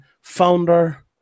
founder